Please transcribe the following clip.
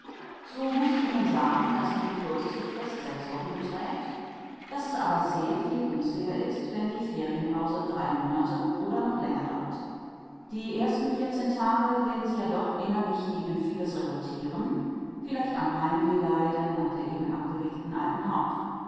so muß ich ihnen sagen daß die kürzeste frist sechs wochen beträgt daß es aber sehr viel günstiger ist wenn die ferienpause drei monate oder noch länger dauert die ersten vierzehn tage werden sie ja doch innerlich gegen vieles revoltieren vielleicht am heimweh leiden nach der eben abgelegten alten haut